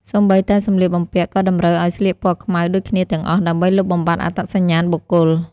សូម្បីតែសម្លៀកបំពាក់ ក៏តម្រូវឱ្យស្លៀកពណ៌ខ្មៅដូចគ្នាទាំងអស់ ដើម្បីលុបបំបាត់អត្តសញ្ញាណបុគ្គល។